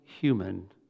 human